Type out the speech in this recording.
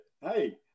hey